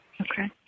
Okay